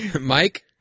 Mike